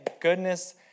goodness